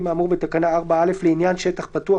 האמור בתקנה 4(א) לעניין שטח פתוח,